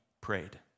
prayed